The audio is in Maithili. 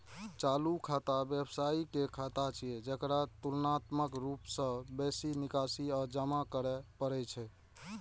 चालू खाता व्यवसायी के खाता छियै, जेकरा तुलनात्मक रूप सं बेसी निकासी आ जमा करै पड़ै छै